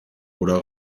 oder